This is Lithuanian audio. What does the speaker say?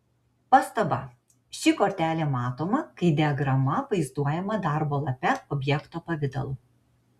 pastaba ši kortelė matoma kai diagrama vaizduojama darbo lape objekto pavidalu